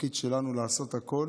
והתפקיד שלנו הוא לעשות הכול